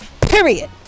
Period